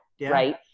right